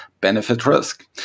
benefit-risk